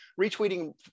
retweeting